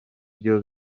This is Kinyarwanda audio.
byo